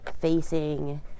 facing